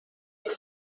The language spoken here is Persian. جانب